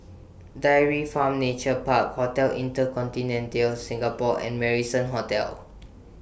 Dairy Farm Nature Park Hotel InterContinental Singapore and Marrison Hotel